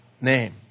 name